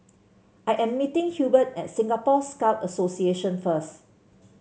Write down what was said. I am meeting Hubert at Singapore Scout Association first